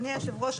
אדוני היושב-ראש,